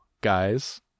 guys